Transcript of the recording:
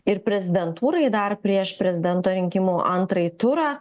ir prezidentūrai dar prieš prezidento rinkimų antrąjį turą